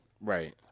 Right